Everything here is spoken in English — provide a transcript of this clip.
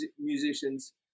musicians